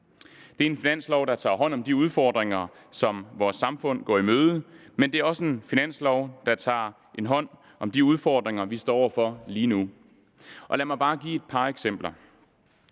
Det er en finanslov, der tager hånd om de udfordringer, som vores samfund går i møde, men det er også en finanslov, der tager hånd om de udfordringer, vi står over for lige nu. Og lad mig bare give et par eksempler: